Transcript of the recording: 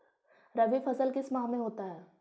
रवि फसल किस माह में होता है?